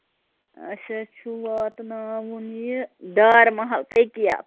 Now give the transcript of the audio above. اَسہِ حظ چھُ واتناوُن یہِ ڈار محل تٔتی ہا